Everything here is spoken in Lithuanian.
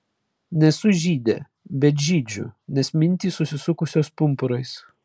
nesu žydė bet žydžiu nes mintys susisukusios pumpurais